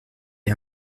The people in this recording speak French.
est